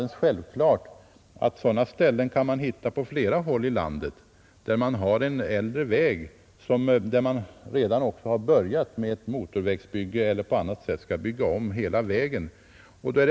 Det är självklart att man kan hitta sådana ställen på flera håll i landet där man börjat med ett motorvägsbygge och där man skall bygga om hela vägen.